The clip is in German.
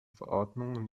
verordnung